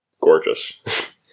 gorgeous